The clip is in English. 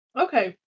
Okay